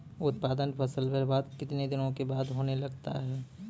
उत्पादन फसल बबार्द कितने दिनों के बाद होने लगता हैं?